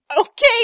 okay